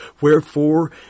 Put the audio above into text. wherefore